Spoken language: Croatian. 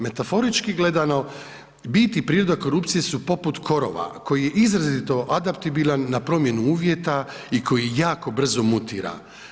Metaforički gledano, biti i priroda korupcija su poput korova, koja izrazito adaptabilan na promijeni uvjeta, i koji jako brzo mutira.